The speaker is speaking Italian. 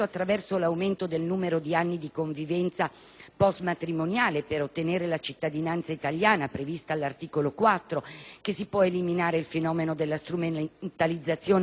di convivenza post matrimoniale per ottenere la cittadinanza italiana, previsto all'articolo 4, che si può eliminare il fenomeno della strumentalizzazione dell'istituto del matrimonio,